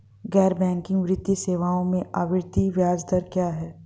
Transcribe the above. गैर बैंकिंग वित्तीय सेवाओं में आवर्ती ब्याज दर क्या है?